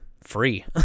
free